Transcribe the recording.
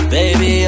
Baby